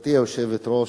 גברתי היושבת-ראש,